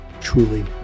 truly